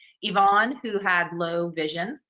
yvonne, who had low vision,